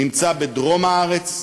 נמצא בדרום הארץ,